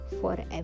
forever